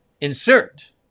insert